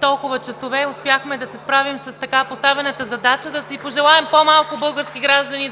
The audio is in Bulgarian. толкова часове успяхме да се справим с така поставената задача. Да си пожелаем по-малко български граждани